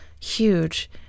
huge